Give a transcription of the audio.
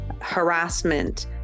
harassment